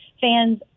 fans